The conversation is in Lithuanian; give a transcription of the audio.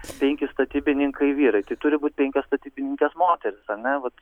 penki statybininkai vyrai tai turi būt penkios statybininkės moterys ar ne vat